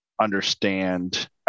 understand